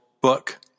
book